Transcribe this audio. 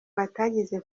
batagize